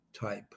type